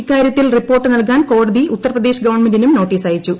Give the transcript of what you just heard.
ഇക്കാര്യത്തിൽ റിപ്പോർട്ട് നൽകാൻ കോടതി ഉത്തർപ്രദേശ് ഗവൺമെന്റിനും നോട്ടീസ് അയച്ചു